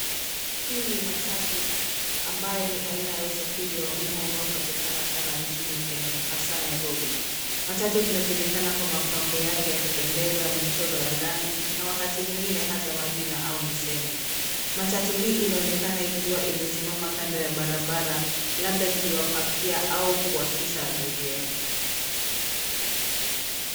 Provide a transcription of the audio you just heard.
Hii ni matatu ambayo ni aina ya usafiri wa umma unaopatikana sana nchini Kenya hasaa Nairobi. Matatu inajulikana kwa mapambo yake ya kupendeza, michoro ya rangi na wakati mwingine hata majina au misemo. Matatu hii inaonekana ikiwa imesimama kando ya barabara labda ikiwapakia au kuwashusha abiria.